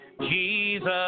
Jesus